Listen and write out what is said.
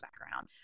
background